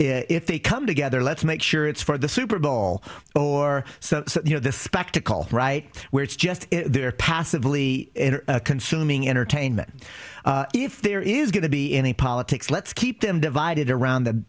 d if they come together let's make sure it's for the super bowl or so you know this spectacle right where it's just they're passively consuming entertainment if there is going to be any politics let's keep them divided around th